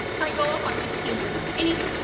i go off on these tangents anywho,